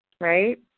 Right